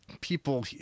people